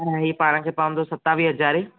ऐं हीअ पाण खे पवंदो सतावीह हज़ारे